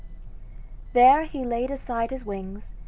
there he laid aside his wings,